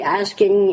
asking